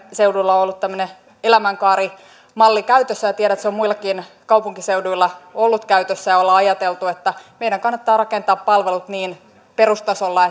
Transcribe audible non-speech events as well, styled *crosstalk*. seudulla on ollut tämmöinen elämänkaarimalli käytössä ja tiedän että se on muillakin kaupunkiseuduilla ollut käytössä olemme ajatelleet että meidän kannattaa rakentaa palvelut niin perustasolla *unintelligible*